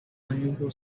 unusual